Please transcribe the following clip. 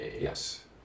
Yes